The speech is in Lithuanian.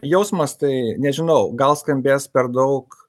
jausmas tai nežinau gal skambės per daug